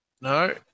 no